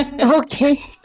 okay